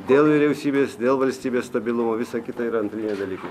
dėl vyriausybės dėl valstybės stabilumo visa kita yra antriniai dalykai